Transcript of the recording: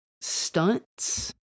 stunts